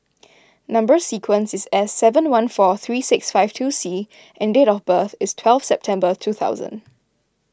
Number Sequence is S seven one four three six five two C and date of birth is twelve September two thousand